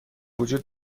وجود